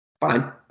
Fine